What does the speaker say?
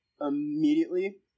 immediately